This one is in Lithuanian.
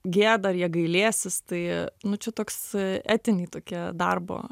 gėda ar jie gailėsis tai nu čia toks etiniai tokie darbo